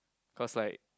cause like